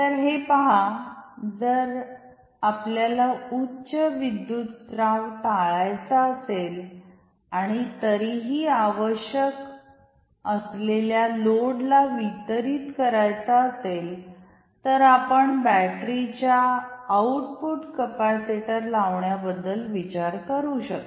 तर हे पहा जर आपल्याला उच्च विद्युतस्त्राव टाळायचा असेल आणि तरीही आवश्यक असलेल्या लोडला वितरित करायचा असेल तर आपण बॅटरीच्या आउटपुटवर कॅपेसिटर लावण्याबद्दल विचार करू शकता